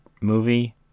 movie